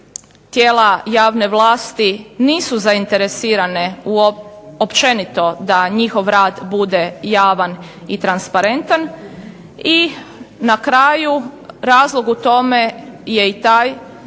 tijela javne vlasti nisu zainteresirane općenito da njihov rad bude javan i transparentan i na kraju, razlog u tome je i taj